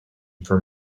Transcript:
for